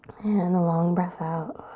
and a long breath out.